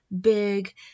big